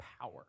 power